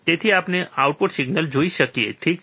તેથી કે આપણે આઉટપુટ સિગ્નલ જોઈ શકીએ ઠીક છે